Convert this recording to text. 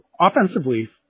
offensively